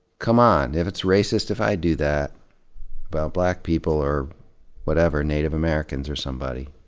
come on. if it's racist if i do that about black people or whatever, native americans or somebody.